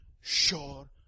sure